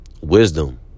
wisdom